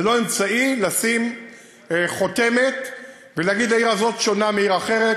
זה לא אמצעי לשים חותמת ולהגיד: העיר הזאת שונה מעיר אחרת,